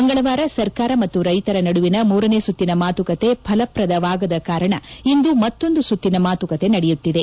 ಮಂಗಳವಾರ ಸರ್ಕಾರ ಮತ್ತು ರೈತರ ನಡುವಿನ ಮೂರನೇ ಸುತ್ತಿನ ಮಾತುಕತೆ ಫಲಪ್ರದವಾಗದ ಕಾರಣ ಇಂದು ಮತ್ತೊಂದು ಸುತ್ತಿನ ಮಾತುಕತೆ ನಡೆಯುತ್ತಿದೆ